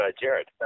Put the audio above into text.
Jared